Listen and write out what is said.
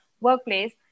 workplace